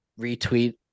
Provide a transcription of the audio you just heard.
retweet